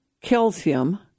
calcium